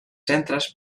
centres